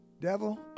Devil